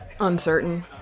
Uncertain